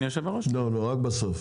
רק בסוף.